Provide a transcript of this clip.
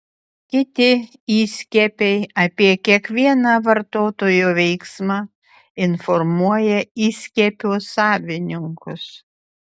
kiti įskiepiai apie kiekvieną vartotojo veiksmą informuoja įskiepio savininkus